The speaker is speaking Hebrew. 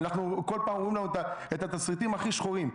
כל פעם אומרים לנו את התסריטים הכי שחורים,